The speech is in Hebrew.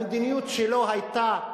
המדיניות שלו היתה,